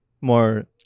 more